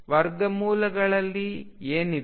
ವರ್ಗಮೂಲಗಳಲ್ಲಿ ಏನಿದೆ